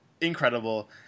incredible